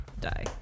die